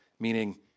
meaning